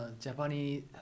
Japanese